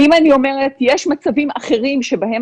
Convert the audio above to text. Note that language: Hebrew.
ואם אני אומרת - יש מצבים אחרים שבהם